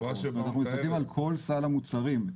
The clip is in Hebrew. אנחנו מסתכלים על כל סל המוצרים.